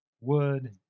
wood